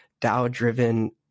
DAO-driven